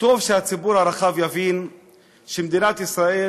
טוב שהציבור הרחב יבין שמדינת ישראל,